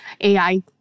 AI